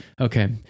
okay